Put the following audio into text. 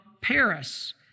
Paris